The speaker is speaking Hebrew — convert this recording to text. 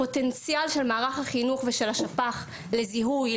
הפוטנציאל של מערך החינוך ושל השפ"ח לזיהוי,